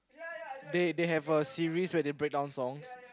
they they have a series where they breakdown songs